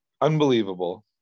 unbelievable